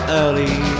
early